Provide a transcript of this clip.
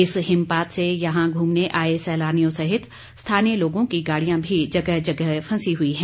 इस हिमपात से यहां घूमने आए सैलानियों सहित स्थानीय लोगों की गाड़ियां भी जगह जगह फंसी हुई है